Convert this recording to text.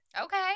okay